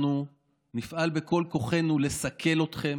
אנחנו נפעל בכל כוחנו לסכל אתכם.